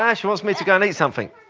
yeah she wants me to go and eat something.